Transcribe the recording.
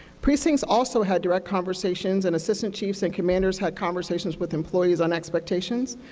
precincts also had direct conversations, and assistant chiefs and commanders had conversations with employees on expectations,